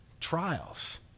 trials